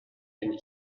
ainé